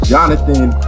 Jonathan